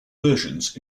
versions